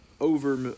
over